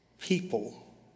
people